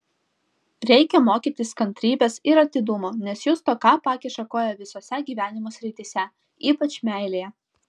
reikia mokytis kantrybės ir atidumo nes jų stoka pakiša koją visose gyvenimo srityse ypač meilėje